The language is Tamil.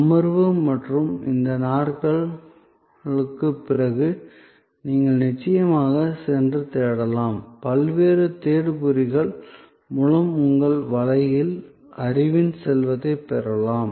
அமர்வு மற்றும் இந்த நாட்களுக்குப் பிறகு நீங்கள் நிச்சயமாக சென்று தேடலாம் பல்வேறு தேடுபொறிகள் மூலம் நீங்கள் வலையில் அறிவின் செல்வத்தைப் பெறலாம்